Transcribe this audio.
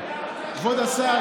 כבוד השר,